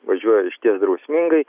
važiuoja išties drausmingai